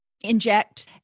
inject